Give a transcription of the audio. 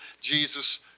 Jesus